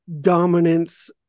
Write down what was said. dominance